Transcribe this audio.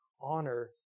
honor